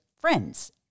friends